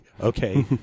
okay